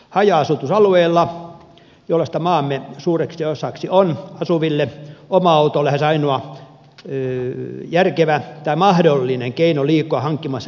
haja asutusalueella jollaista maamme suureksi osaksi on asuville oma auto on lähes ainoa järkevä tai mahdollinen keino liikkua hankkimassa elantoa perheelleen